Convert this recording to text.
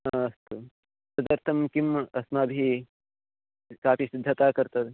हा अस्तु तदर्थं किम् अस्माभिः कापि सिद्धता कर्तव्या